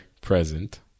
present